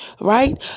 right